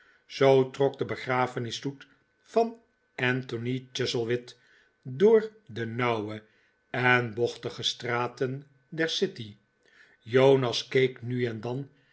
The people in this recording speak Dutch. zoo trok de begrafenisstoet van anthony chuzzlewit door de nauwe en bochtige straten der city jonas keek nu en dan